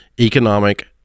economic